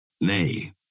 Nay